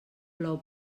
plou